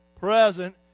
present